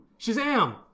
Shazam